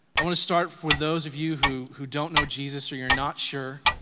i wanna start for those of you who who don't know jesus or you're not sure,